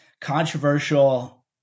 controversial